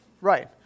Right